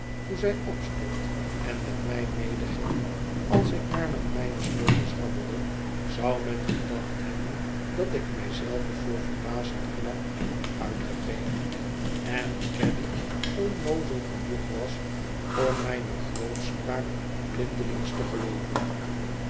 hoe zij opstond én met mij medeging als ik maar met mijne sleutels rammelde zou men gedacht hebben dat ik mij zelve voor verbazend knap had uitgegeven en caddy onnoozel genoeg was om mijne grootspraak blindelings te gelooven